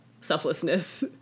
selflessness